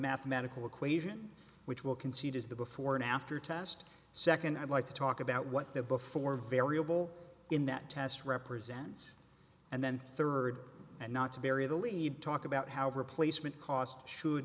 mathematical equation which will concede is the before and after test second i'd like to talk about what the before variable in that test represents and then third and not to bury the lead talk about how replacement costs sho